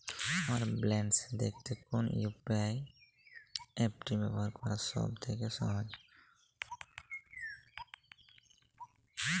আমার ব্যালান্স দেখতে কোন ইউ.পি.আই অ্যাপটি ব্যবহার করা সব থেকে সহজ?